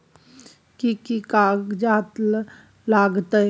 कि कि कागजात लागतै?